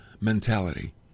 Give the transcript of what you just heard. mentality